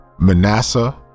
Manasseh